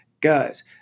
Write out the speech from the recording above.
Guys